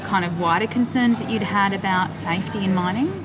kind of wider concerns that you'd had about safety in mining?